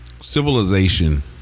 civilization